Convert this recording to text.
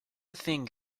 thing